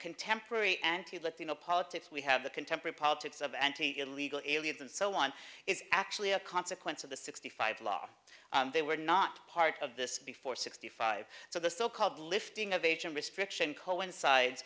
contemporary anti latino politics we have the contemporary politics of anti illegal aliens and so on is actually a consequence of the sixty five law they were not part of this before sixty five so the so called lifting of age and restriction coincides